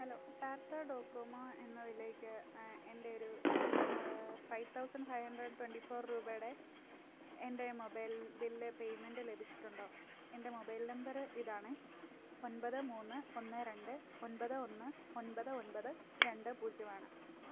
hello Tata Docomo എന്നതിലേക്ക് എൻ്റെ ഒരു five thousand five hundred twenty four രൂപയുടെ എൻ്റെ മൊബൈൽ ബില്ല് പേയ്മെൻ്റ് ലഭിച്ചിട്ടുണ്ടോ എൻ്റെ മൊബൈൽ നമ്പര് ഇതാണ് ഒൻപത് മൂന്ന് ഒന്ന് രണ്ട് ഒൻപത് ഒന്ന് ഒൻപത് ഒൻപത് രണ്ട് പൂജ്യമാണ്